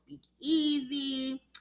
speakeasy